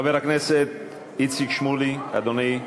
חבר הכנסת איציק שמולי, אדוני.